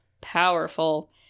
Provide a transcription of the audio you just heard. powerful